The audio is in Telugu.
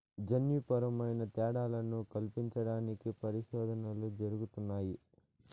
జన్యుపరమైన తేడాలను కల్పించడానికి పరిశోధనలు జరుగుతున్నాయి